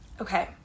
Okay